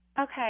Okay